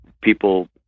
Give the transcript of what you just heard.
people